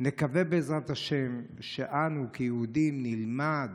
נקווה, בעזרת השם, שאנו, כיהודים, נלמד